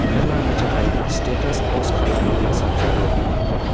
नों आंनि थाखाय स्टेटास पस्ट खालामोब्ला साबजागौ